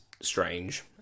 Strange